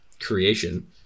creation